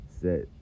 set